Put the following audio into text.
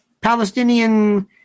Palestinian